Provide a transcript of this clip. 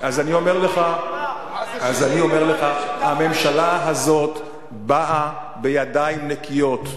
אז אני אומר לך שהממשלה הזאת באה בידיים נקיות.